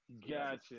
gotcha